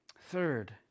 Third